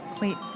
Wait